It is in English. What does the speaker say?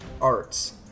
arts